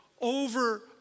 over